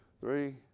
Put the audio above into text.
three